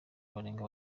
barenga